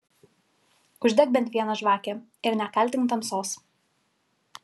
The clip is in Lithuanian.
uždek bent vieną žvakę ir nekaltink tamsos